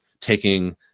taking